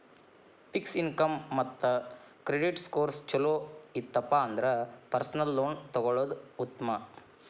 fix income ಮತ್ತ credit scores ಚೊಲೋ ಇತ್ತಪ ಅಂದ್ರ ಪರ್ಸನಲ್ ಲೋನ್ ತೊಗೊಳ್ಳೋದ್ ಉತ್ಮ